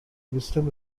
wisdom